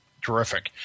Terrific